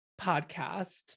podcast